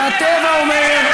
והטבע אומר,